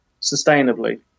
sustainably